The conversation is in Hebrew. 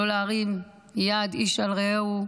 לא להרים יד איש על רעהו,